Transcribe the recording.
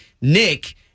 Nick